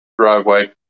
driveway